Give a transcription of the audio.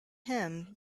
him